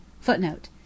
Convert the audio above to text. Footnote